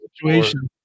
situation